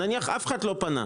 נניח, אף אחד לא פנה.